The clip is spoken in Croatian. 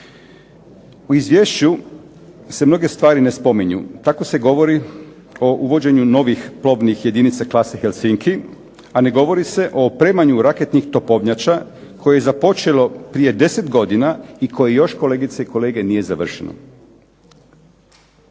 U izvješću se mnoge stvari ne spominju. Tako se govori o uvođenju novih plovnih jedinica klasik Helsinky, a ne govori se o opremanju raketnih topovnjača koje je započelo prije 10 godina i koji još kolegice i kolege nije završeno.